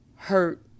hurt